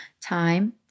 Time